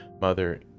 mother